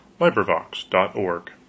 LibriVox.org